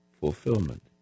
fulfillment